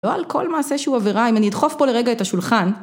לא על כל מעשה שהוא עבירה, אם אני אדחוף פה לרגע את השולחן.